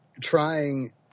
trying